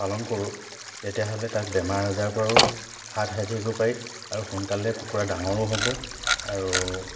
পালন কৰোঁ তেতিয়াহ'লে তাক বেমাৰ আজাৰৰ পৰাও হাত সাৰি থাকিব পাৰি আৰু সোনকালে কুকুৰা ডাঙৰো হ'ব আৰু